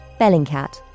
Bellingcat